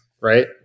right